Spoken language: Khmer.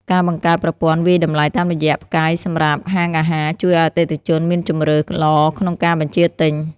ការបង្កើតប្រព័ន្ធវាយតម្លៃតាមរយ:ផ្កាយសម្រាប់ហាងអាហារជួយឱ្យអតិថិជនមានជម្រើសល្អក្នុងការបញ្ជាទិញ។